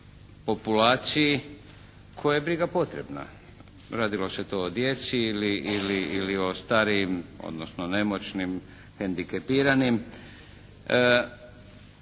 populaciji kojoj je briga potrebna, radilo se to o djeci ili o starijim, odnosno nemoćnim, hendikepiranim.